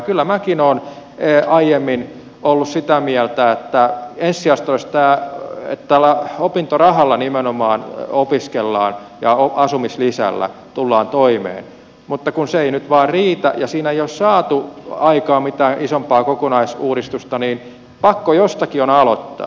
kyllä minäkin olen aiemmin ollut sitä mieltä että ensisijaista olisi tämä että tällä opintorahalla nimenomaan opiskellaan ja asumislisällä tullaan toimeen mutta kun se ei nyt vain riitä ja siinä ei ole saatu aikaan mitään isompaa kokonaisuudistusta niin pakko jostakin on aloittaa